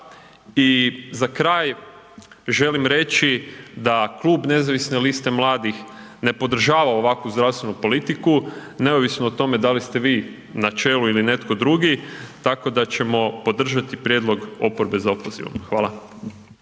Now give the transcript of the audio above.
i Za kraj želim reći da Klub nezavisne liste mladih ne podržava ovakvu zdravstvenu politiku neovisno o tome da li ste vi na čelu ili netko drugi tako da ćemo podržati prijedlog oporbe za opozivom. Hvala.